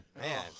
Man